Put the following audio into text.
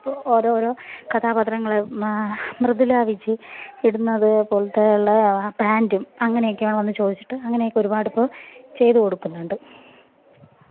ഇപ്പോൾ ഓരോരോ കഥാപാത്രങ്ങൾ മൃദുല വിജയ് ഇടുന്നത് പോലെത്തെ ഉള്ള ആ പാൻറ്റും അങ്ങനെയൊക്കെ വന്ന് ചോദിച്ചിട്ട് അങ്ങനെയൊക്കെ ഒരുപാട് ഇപ്പം ചെയ്ത് കൊടുക്കുന്നുണ്ട്